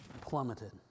plummeted